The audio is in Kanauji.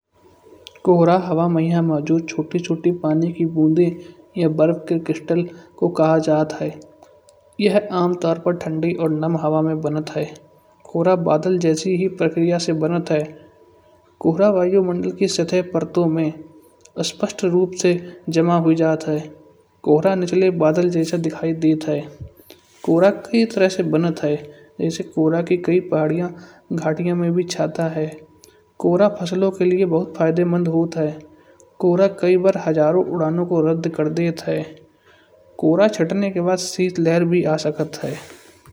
कोहरा हवा मइया मौजूद छोटे-छोटे पानी की बूँदे यह बर्फ के क्रिस्टल को कहा जाता है। यह आमतौर पर ठंडी और नमक है और बादल जैसी ही प्रकृति से बनत है। किस सतह पार्टन में स्पष्ट रूप से जमा हो जाता है। कोहरा एन बादल जैसा दिखी देता है। इसे पूरा की कई पहाड़ियाँ घाटियाँ में भी चाहता है पूरा फसल के लिए बहुत फायदेमंद होता है। कोहरा कई बार हजारों उड़ानों को रद्द कर देत है। कोहरा छटने के बाद शीत लहर भी आ सकत है।